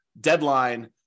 deadline